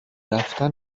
رفتن